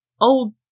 old